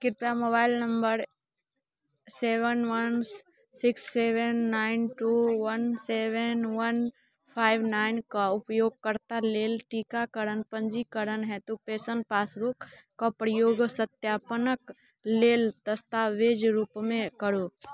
कृपया mobile number seven one six seven nine two one seven one five nine के उपयोगकर्ता लेल टीकाकरणके पञ्जीकरणके हेतु पेन्शन पासबुकके प्रयोग सत्यापनके लेल दस्तावेज रूपमे करू